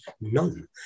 none